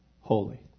Holy